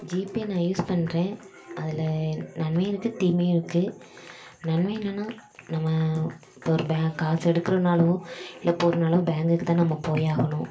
GPay நான் use பண்ணுறேன் அதில் நன்மையும் இருக்குது தீமையும் இருக்குது நன்மை என்னெனா நம்ம இப்போ ஒரு பே காசை எடுக்கிறதுனாலும் இல்லை போடுறனாலோ பேங்க்குக்குதான் நம்ம போய் ஆகணும்